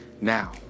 Now